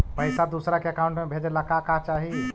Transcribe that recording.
पैसा दूसरा के अकाउंट में भेजे ला का का चाही?